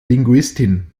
linguistin